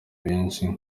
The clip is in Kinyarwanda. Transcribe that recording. benshi